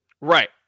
Right